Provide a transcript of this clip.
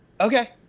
Okay